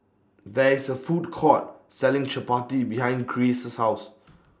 There IS A Food Court Selling Chapati behind Grayce's House